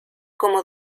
como